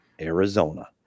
Arizona